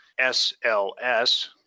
SLS